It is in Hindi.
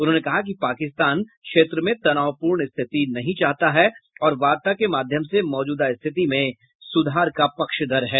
उन्होंने कहा कि पाकिस्तान क्षेत्र में तनावपूर्ण स्थिति नहीं चाहता है और वार्ता के माध्यम से मौजूदा स्थिति में सुधार का पक्षधर है